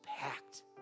packed